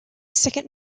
second